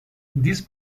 this